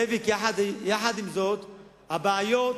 זאביק, הבעיות